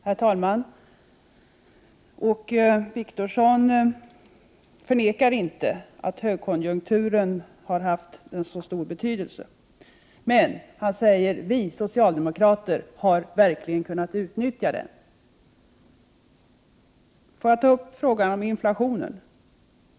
Herr talman! Åke Wictorsson förnekar inte att högkonjunkturen har haft en stor betydelse. Han säger dock: Vi socialdemokrater har verkligen kunnat utnyttja den. Får jag ta upp frågan om inflationen?